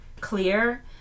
clear